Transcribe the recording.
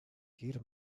гэр